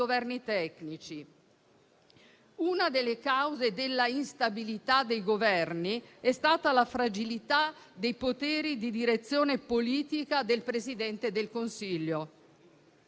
Una delle cause dell'instabilità dei Governi è stata la fragilità dei poteri di direzione politica del Presidente del Consiglio.